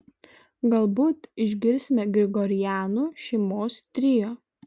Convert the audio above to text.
galbūt išgirsime grigorianų šeimos trio